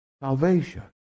salvation